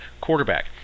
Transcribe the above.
quarterback